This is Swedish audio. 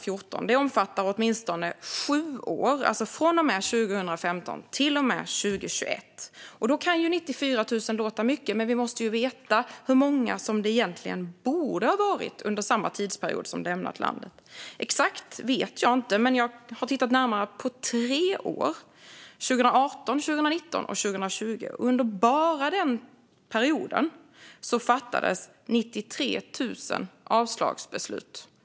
Från och med 2015 till och med 2021 omfattar åtminstone sju år. 94 000 kan förstås låta mycket, men vi måste veta hur många som egentligen borde ha lämnat landet under samma tidsperiod. Jag vet inte exakt hur många, men jag har tittat närmare på tre år: 2018, 2019 och 2020. Enbart under den perioden fattades 93 000 avslagsbeslut.